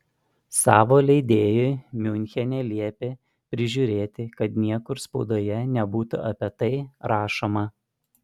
savo leidėjui miunchene liepė prižiūrėti kad niekur spaudoje nebūtų apie tai rašoma